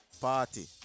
party